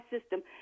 system